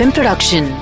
Production